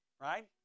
Right